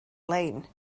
lein